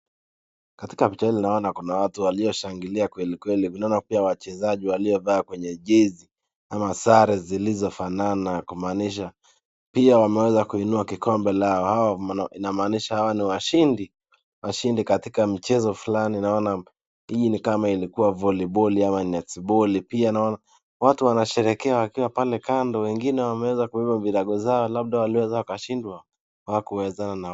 Katika mchezo naona kuna watu walioshangilia kwelikweli. Naona pia kuna wachezaji waliovaa jezi ama sare zilizofanana kumaanisha pia wameweza kuinua kikombe chao hao inamaanisha hawa ni wa shindi, washindi katika michezo fulani. Naona hii ni kama ilikuwa voliboli au netibali, pia naona watu wanasherehekea wakiwa pale kando, wengine wameweza kubeba virago zao labda walishindwa hawakuwezana.